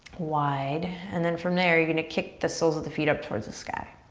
wide and then from there, you're gonna kick the soles of the feet up towards the sky.